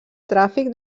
tràfic